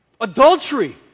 Adultery